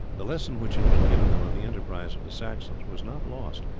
the lesson which had been given them of the enterprise of the saxons was not lost,